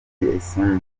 eisenberg